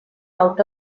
out